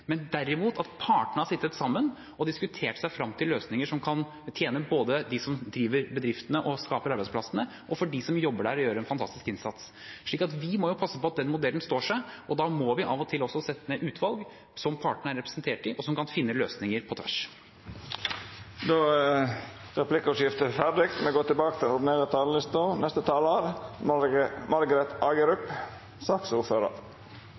men derimot at partene har sittet sammen og diskutert seg frem til løsninger som kan tjene både dem som driver bedriftene og skaper arbeidsplassene, og dem som jobber der og gjør en fantastisk innsats. Så vi må passe på at den modellen står seg, og da må vi av og til også sette ned utvalg som partene er representert i, og som kan finne løsninger på tvers.